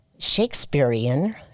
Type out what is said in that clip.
Shakespearean